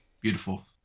beautiful